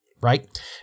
right